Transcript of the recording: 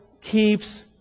keeps